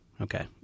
Okay